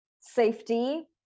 safety